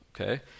okay